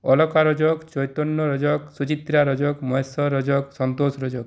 Alka Rajak Chaitanya Rajak Suchitra Rajak Maheshwar Rajak Santosh Rajak